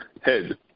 head